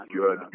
good